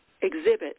exhibit